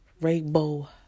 rainbow